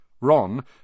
Ron